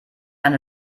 eine